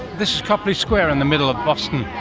this is copley square in the middle of boston.